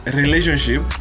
relationship